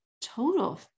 total